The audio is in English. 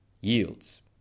yields